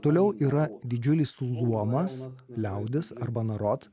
toliau yra didžiulis luomas liaudis arba narod